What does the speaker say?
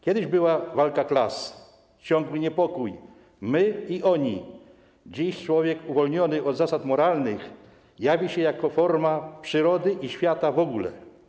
Kiedyś była walka klas, ciągły niepokój, my i oni, dziś człowiek uwolniony od zasad moralnych jawi się jako forma przyrody i świata w ogóle.